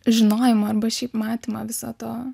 žinojimą arba šiaip matymą viso to